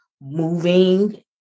moving